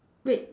wait